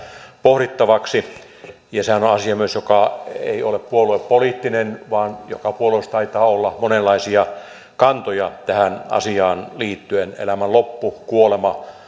pohdittavaksi ja sehän on myös asia joka ei ole puoluepoliittinen vaan joka puolueessa taitaa olla monenlaisia kantoja tähän asiaan liittyen elämän loppu kuolema